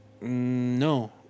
no